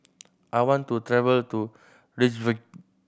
I want to travel to Reykjavik